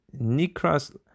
Nikras